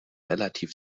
relativ